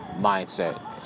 Mindset